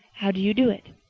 how do you do it?